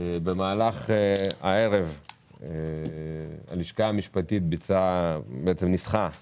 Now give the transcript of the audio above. במהלך הערב הלשכה המשפטית ניסחה את